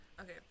okay